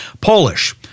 Polish